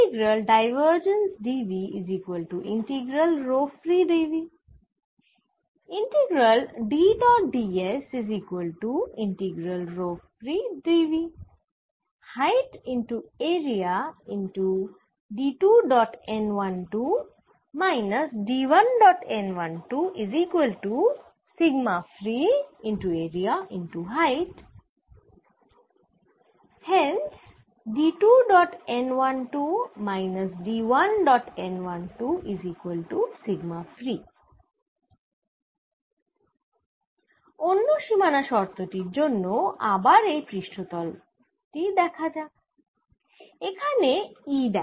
অন্য সীমানা শর্ত টির জন্য আবার এই পৃষ্ঠ তল তো দেখা যাক এখানে E দেখ